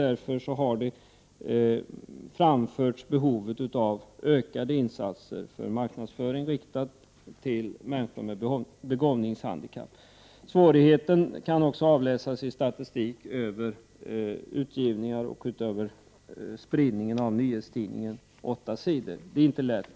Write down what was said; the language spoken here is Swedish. Därför har vi framfört att det finns behov av ökade insatser för marknadsföring riktad till människor med begåvningshandikapp. Svårigheten kan också avläsas i Det är inte lätt.